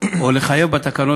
או לחייב בתקנות,